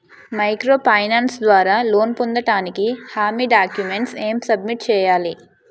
Micro finance ద్వారా loan పొందటానికి హామీ డాక్యుమెంట్స్ ఎం సబ్మిట్ చేయాలి?